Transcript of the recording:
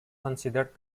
considered